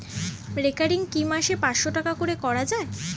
Recurring কি মাসে পাঁচশ টাকা করে করা যায়?